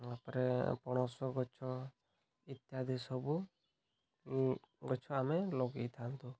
ତା'ପରେ ପଣସ ଗଛ ଇତ୍ୟାଦି ସବୁ ଗଛ ଆମେ ଲଗାଇଥାନ୍ତୁ